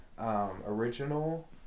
Original